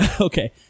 Okay